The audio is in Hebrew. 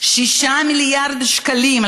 6 מיליארד שקלים,